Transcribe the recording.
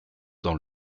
dans